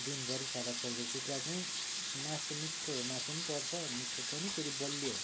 दिनभरि छाडा छोडेको कुखुरा चाहिँ मासु मिठो मासु पनि पर्छ मिठो पनि फेरि बलियो